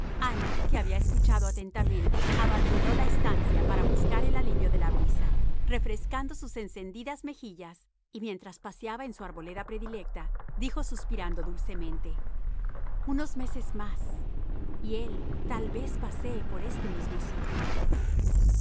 ana que había escuchado atentamente abandonó la estancia para buscar el alivio de la brisa refrescando sus encendidas mejillas y mientras paseaba en su arboleda predilecta dijo suspirando dulcemente unos meses más y él tal vez pasee por este mismo sitio